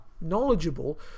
knowledgeable